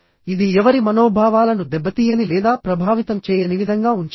ఇది ఎవరి మనోభావాలను దెబ్బతీయని లేదా ప్రభావితం చేయని విధంగా ఉంచండి